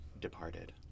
departed